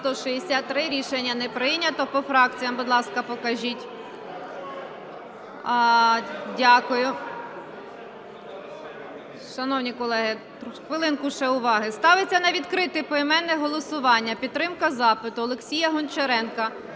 За-163 Рішення не прийнято. По фракціях, будь ласка, покажіть. Дякую. Шановні колеги, хвилинку ще увагу. Ставиться на відкрите поіменне голосування підтримка запиту Олексія Гончаренка